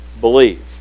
believe